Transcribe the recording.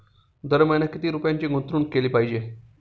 दर महिना किती रुपयांची गुंतवणूक केली पाहिजे?